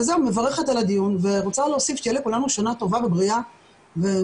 אני מברכת על הדיון ורוצה להוסיף שתהיה לכולנו שנה טובה ובריאה ומוצלחת.